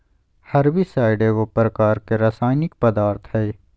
herbicide एगो प्रकार के रासायनिक पदार्थ हई